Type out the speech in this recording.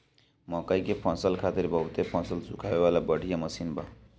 मकई के फसल खातिर बहुते फसल सुखावे वाला बढ़िया मशीन बा